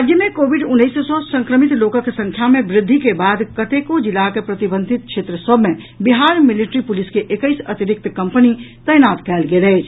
राज्य मे कोविड उन्नैस सँ संक्रमित लोकक संख्या मे वृद्धि के बाद कतेको जिलाक प्रतिबंधित क्षेत्र सभ मे बिहार मिलिट्री पुलिस के एकैस अतिरिक्त कम्पनी तैनात कयल गेल अछि